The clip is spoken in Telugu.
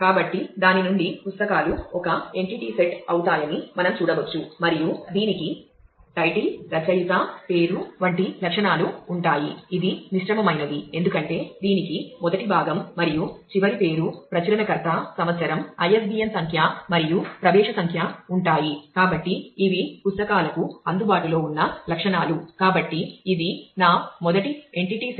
కాబట్టి దాని నుండి పుస్తకాలు ఒక ఎంటిటీ సెట్